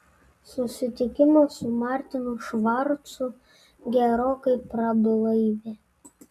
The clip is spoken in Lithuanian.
susitikimas su martinu švarcu gerokai prablaivė